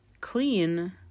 clean